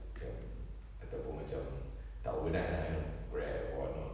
macam ataupun macam tak overnight lah you know grab or what not